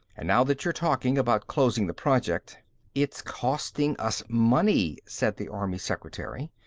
and now that you're talking about closing the project it's costing us money, said the army secretary.